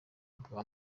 bwa